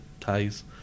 ties